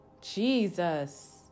Jesus